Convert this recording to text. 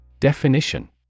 Definition